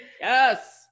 yes